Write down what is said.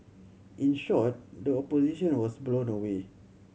in short the opposition was blown away